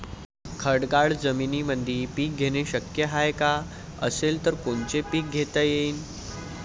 खडकाळ जमीनीमंदी पिके घेणे शक्य हाये का? असेल तर कोनचे पीक घेता येईन?